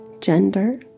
gender